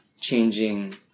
changing